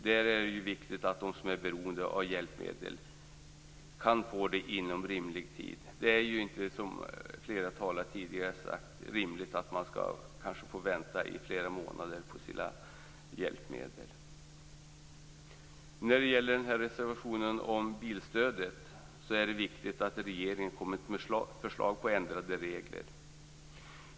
Det är viktigt att de som är beroende av hjälpmedel kan få dem inom rimlig tid. Som flera andra talare har sagt är det inte rimligt att man kanske skall få vänta i flera månader på sina hjälpmedel. Vad gäller bilstödet är det viktigt att regeringen kommer med förslag till ändrade regler.